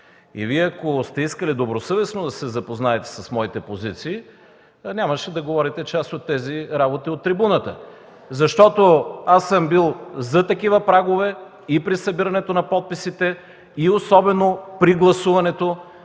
Вие сте искали добросъвестно да се запознаете с моите позиции, нямаше да говорите част от тези работи от трибуната. Аз съм бил и при събирането на подписите, и особено при гласуването